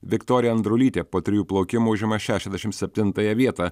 viktorija andrulytė po trijų plaukimų užima šešiasdešim septintąją vietą